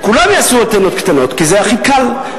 כולם יעשו אנטנות קטנות כי זה הכי קל.